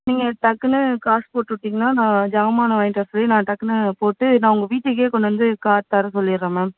நீங்கள் டக்குன்னு காசு போட்டுவிட்டிங்கன்னா நான் ஜாமானை வாங்கிவிட்டு வர சொல்லி நான் டக்குன்னு போட்டு நான் உங்கள் வீட்டுக்கே கொண்டு வந்து கார் தர சொல்லிவிட்றேன் மேம்